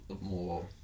more